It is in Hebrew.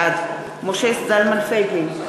בעד משה זלמן פייגלין,